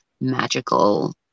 magical